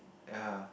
ya